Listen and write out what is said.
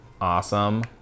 awesome